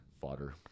Fodder